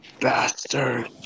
bastard